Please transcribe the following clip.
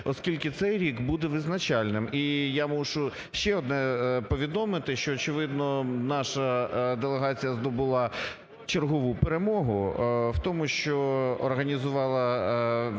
оскільки цей рік буде визначальним. І я мушу ще одне повідомити: що, очевидно, наша делегація здобула чергову перемогу в тому, що організувала події